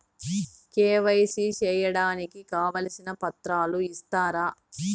KYC సేయడానికి కావాల్సిన పత్రాలు ఇస్తారా?